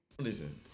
Listen